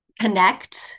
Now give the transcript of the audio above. connect